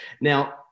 Now